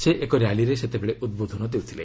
ସେ ଏକ ର୍ୟାଲିରେ ସେତେବେଳେ ଉଦ୍ବୋଧନ ଦେଉଥିଲେ